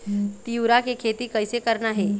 तिऊरा के खेती कइसे करना हे?